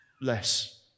less